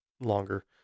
longer